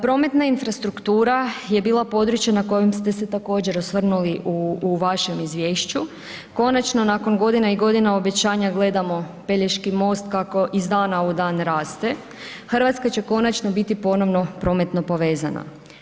Prometna infrastruktura je bila područje na koje ste se također osvrnuli u vašem izvješću, konačno nakon godina i godina obećanja gledamo Pelješki most kako iz dana u dan raste, Hrvatska će konačno biti ponovno prometno povezana.